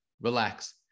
relax